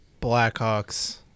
Blackhawks